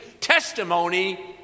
testimony